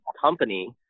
company